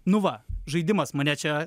nu va žaidimas mane čia